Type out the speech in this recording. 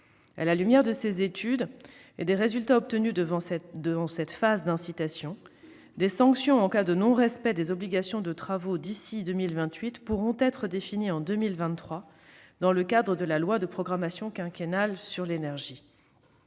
À la lumière de ces études et des résultats obtenus durant la phase d'incitation, des sanctions en cas de non-respect des obligations de travaux d'ici à 2028 pourront être définies en 2023 dans le cadre de la loi de programmation quinquennale sur l'énergie.